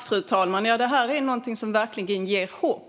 Fru talman! Detta är någonting som verkligen ger hopp.